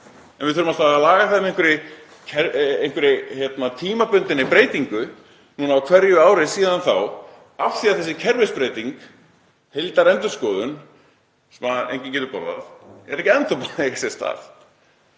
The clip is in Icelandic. En við þurfum alltaf að laga það með einhverri tímabundinni breytingu á hverju ári síðan þá af því að þessi kerfisbreyting, heildarendurskoðunin sem enginn getur borðað, er ekki enn þá búin að eiga sér stað.